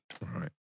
Right